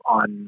on